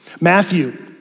Matthew